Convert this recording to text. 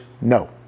no